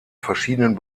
verschiedenen